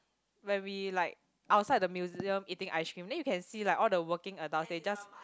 when we like outside the museum eating ice cream then you can see like all the working adult they just